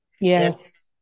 Yes